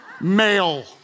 Male